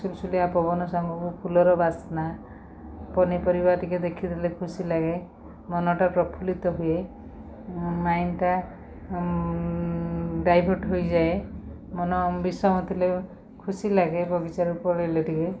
ସୁଲୁସୁଲିଆ ପବନ ସାଙ୍ଗକୁ ଫୁଲର ବାସ୍ନା ପନିପରିବା ଟିକେ ଦେଖିଦେଲେ ଖୁସି ଲାଗେ ମନଟା ପ୍ରଫୁଲ୍ଲିତ ହୁଏ ମାଇଣ୍ଡଟା ଡାଇଭଟ୍ ହୋଇଯାଏ ମନ ବିଷମ ଥିଲେ ଖୁସି ଲାଗେ ବଗିଚାରୁ ପଳେଇଲେ ଟିକେ